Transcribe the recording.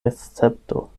escepto